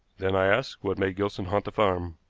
then, i ask, what made gilson haunt the farm?